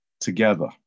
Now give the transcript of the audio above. together